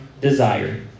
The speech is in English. desire